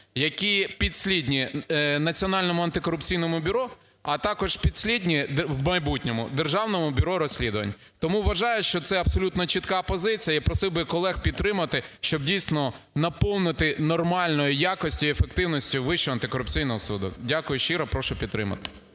які підслідні Національному антикорупційному бюро, а також підслідні, в майбутньому, Державному бюро розслідувань. Тому вважаю, що це абсолютно чітка позиція і просив би колег підтримати, щоб дійсно наповнити нормальної якості, ефективності Вищого антикорупційного суду. Дякую щиро. Прошу підтримати.